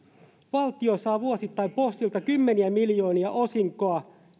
valtio saa vuosittain postilta kymmeniä miljoonia osinkoa